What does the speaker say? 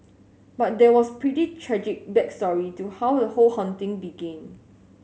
but there was pretty tragic back story to how the whole haunting began